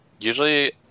usually